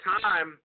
time